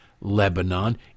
Lebanon